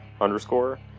underscore